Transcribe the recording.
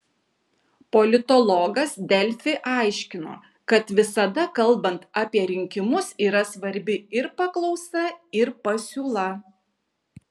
politologas delfi aiškino kad visada kalbant apie rinkimus yra svarbi ir paklausa ir pasiūla